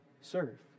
Serve